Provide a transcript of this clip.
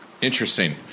interesting